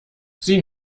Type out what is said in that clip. sie